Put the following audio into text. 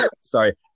Sorry